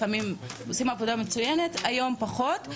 לפעמים עושים עבודה מצוינת אבל היום פחות.